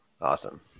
Awesome